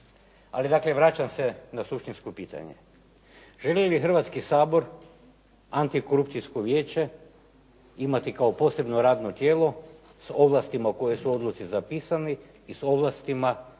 vraćam se na suštinsko pitanje. Želi li Hrvatski sabor antikorupcijsko vijeće imati kao posebno radno tijelo s ovlastima koje su u odluci zapisani i s ovlastima da dolazimo